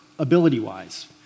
ability-wise